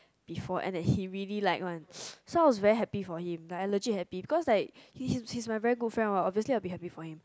before and that he really like one so I was very happy for him like I legit happy because like he he was my very good friend what honestly I very be happy for him